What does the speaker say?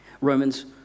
Romans